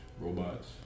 robots